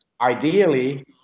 Ideally